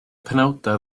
penawdau